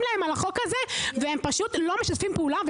להם על החוק הזה והם פשוט לא משתפים פעולה,